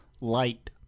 light